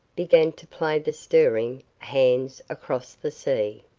began to play the stirring hands across the sea.